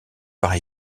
par